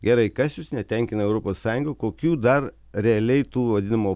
gerai kas jus netenkina europos sąjungoj kokių dar realiai tų vadinamų